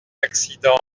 accident